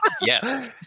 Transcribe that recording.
Yes